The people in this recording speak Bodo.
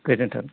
गोजोनथों